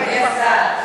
אדוני השר,